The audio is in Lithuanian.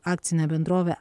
akcinę bendrovę